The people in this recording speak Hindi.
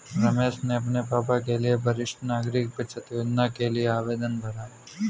रमेश ने अपने पापा के लिए वरिष्ठ नागरिक बचत योजना के लिए आवेदन भरा